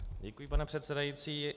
Děkuji, pane předsedající.